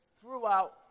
throughout